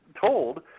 told